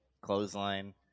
clothesline